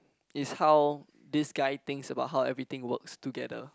is how this guy thinks about how everything works together